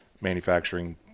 manufacturing